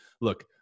Look